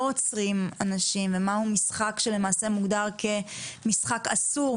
עוצרים אנשים ומהו משחק שלמעשה מוגדר כמשחק אסור,